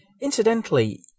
Incidentally